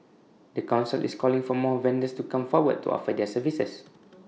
the Council is calling for more vendors to come forward to offer their services